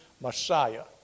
Messiah